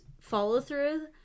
follow-through